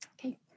Okay